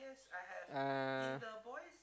uh